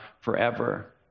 forever